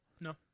No